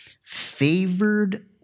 favored